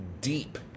deep